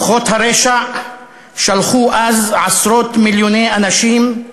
כוחות הרשע שלחו אז עשרות מיליוני אנשים,